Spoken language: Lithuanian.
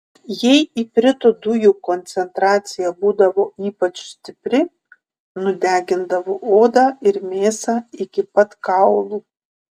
jei iprito dujų koncentracija būdavo ypač stipri nudegindavo odą ir mėsą iki pat kaulų